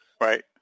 Right